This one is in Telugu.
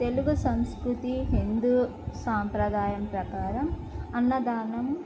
తెలుగు సంస్కృతి హిందూ సాంప్రదాయం ప్రకారం అన్నదానం